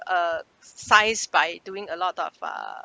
uh size by doing a lot of uh